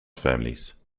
families